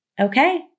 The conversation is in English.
Okay